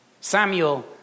Samuel